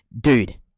dude